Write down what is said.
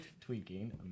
tweaking